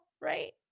right